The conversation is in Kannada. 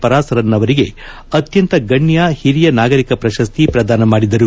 ಪರಾಸರನ್ ಅವರಿಗೆ ಅತ್ಯಂತ ಗಣ್ಣ ಹಿರಿಯ ನಾಗರಿಕ ಪ್ರಶಸ್ತಿ ಪ್ರದಾನ ಮಾಡಿದರು